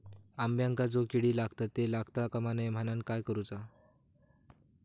अंब्यांका जो किडे लागतत ते लागता कमा नये म्हनाण काय करूचा?